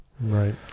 Right